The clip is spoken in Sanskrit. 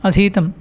अधीतम्